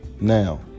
Now